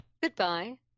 Goodbye